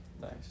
Nice